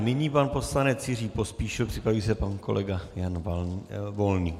Nyní pan poslanec Jiří Pospíšil, připraví se pan kolega Jan Volný.